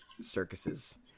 circuses